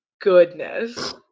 goodness